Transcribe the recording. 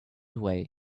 away